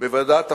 בוועדת העבודה,